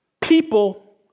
People